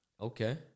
Okay